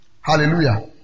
Hallelujah